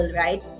right